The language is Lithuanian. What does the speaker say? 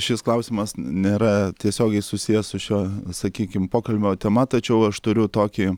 šis klausimas nėra tiesiogiai susijęs su šio sakykim pokalbio tema tačiau aš turiu tokį